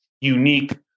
unique